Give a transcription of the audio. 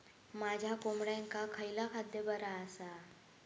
माझ्या कोंबड्यांका खयला खाद्य बरा आसा?